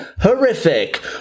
Horrific